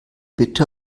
bitte